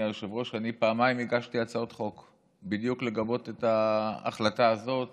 אני פעמיים הגשתי הצעות חוק בדיוק כדי לגבות את ההחלטה הזאת